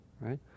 right